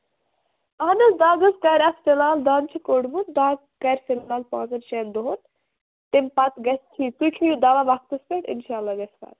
اَہَن حظ دَگ حظ کرِ اَتھ فَلحال دَنٛد چھُ کوٚڑمُت دَگ کرِ فِلحال پانٛژَن شین دۄہَن تَمہِ پَتہٕ گژھِ ٹھیٖک تُہۍ کھیٚیِو دوا وقتَس پٮ۪ٹھ اِنشاللہ گژھِ فرق